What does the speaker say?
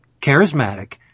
charismatic